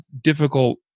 difficult